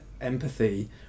empathy